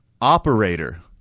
operator